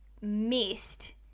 missed